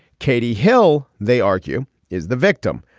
katie hill they argue is the victim.